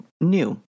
new